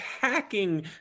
hacking